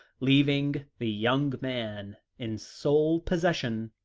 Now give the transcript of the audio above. leaving the young man in sole possession.